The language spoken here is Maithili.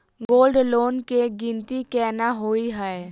गोल्ड लोन केँ गिनती केना होइ हय?